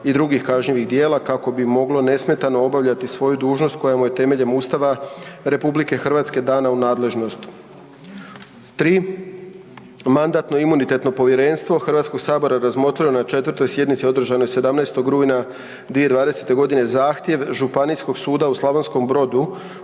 3. Mandatno-imunitetno povjerenstvo HS-a razmotrilo je na 4. sjednici održanoj 17. rujna 2020. g. zahtjev Županijskog suda u Slavonskom Brodu,